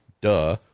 duh